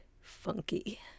funky